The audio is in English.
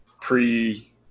pre